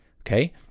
okay